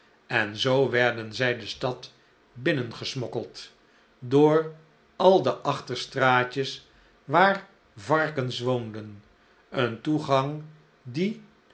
en zoo werden zij de stad binnengesmokkeld door al de achterstraatjes waar varkens woonden een toegang die